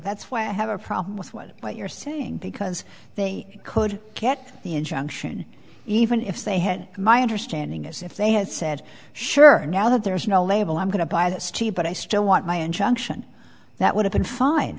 that's why i have a problem with what you're saying because they could get the injunction even if they had my understanding is if they had said sure now that there's no label i'm going to buy this team but i still want my injunction that would have been fine